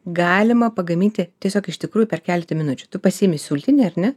galima pagaminti tiesiog iš tikrųjų per keletą minučių tu pasiimi sultinį ar ne